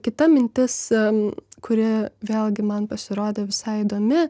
kita mintis kuri vėlgi man pasirodė visai įdomi